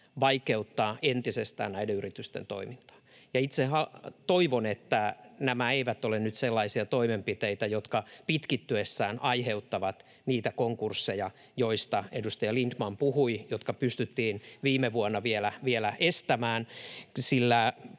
vaikeuttaa entisestään näiden yritysten toimintaa. Itse toivon, että nämä eivät ole nyt sellaisia toimenpiteitä, jotka pitkittyessään aiheuttavat niitä konkursseja, joista edustaja Lindtman puhui ja jotka pystyttiin viime vuonna vielä estämään, sillä